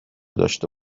داشته